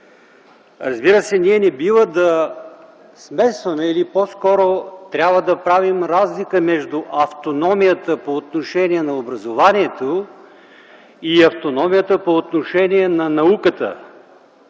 Разбира се, ние не бива да смесваме или по-скоро трябва да правим разлика между автономията по отношение на образованието и автономията по отношение на науката.